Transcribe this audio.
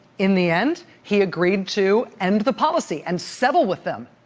in the end, he agreed to end the policy and settle with them.